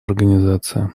организация